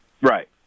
Right